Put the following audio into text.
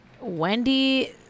Wendy